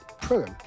program